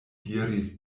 diris